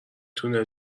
تونه